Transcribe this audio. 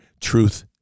truth